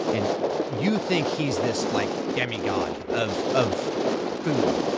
and you think he's this like demigod of of food,